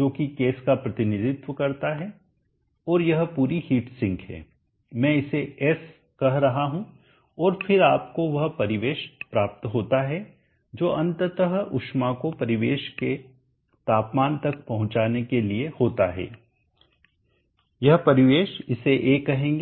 जो कि केस का प्रतिनिधित्व करता है और यह पूरी हीट सिंक है मैं इसे S कह रहा हूं और फिर आपको वह परिवेश प्राप्त होता है जो अंतत ऊष्मा को परिवेश के तापमान तक पहुंचाने के लिए होता है यह परिवेश इसे A कहेंगे